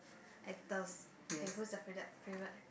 actors okay who is the favourit~ favourite ac~